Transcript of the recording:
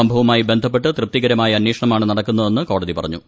സംഭവവുമായി ബന്ധപ്പെട്ട് തൃപ്തികരമായ അന്വേഷണമാണ് നടക്കുന്നുവെന്ന് കോടതി പറഞ്ഞു